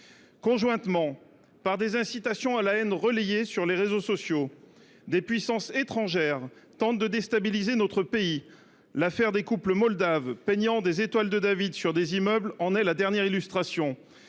Parallèlement, par des incitations à la haine relayées sur les réseaux sociaux, des puissances étrangères tentent de déstabiliser notre pays. L’affaire des couples moldaves peignant des étoiles de David sur des immeubles en est la dernière illustration.